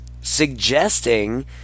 suggesting